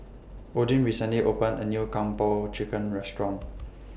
Odin recently opened A New Kung Po Chicken Restaurant